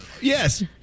Yes